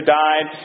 died